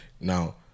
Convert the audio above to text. Now